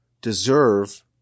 deserve